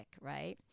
right